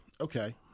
Okay